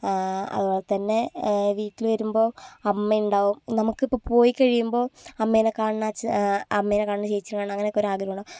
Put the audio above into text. അതുപോലെതന്നെ വീട്ടിൽ വരുമ്പോൾ അമ്മയുണ്ടാകും നമുക്കിപ്പോൾ പോയി കഴിയുമ്പോൾ അമ്മയെ കാണണം അച്ഛനെ അമ്മയെ കാണണം ചേച്ചിയെ കാണണം അങ്ങനെയൊക്കെ ഓരോ ആഗ്രഹമുണ്ടാകും